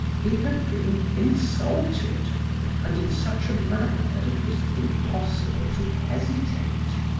he had been insulted and in such a manner that it was impossible to hesitate.